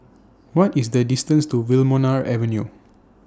What IS The distance to Wilmonar Avenue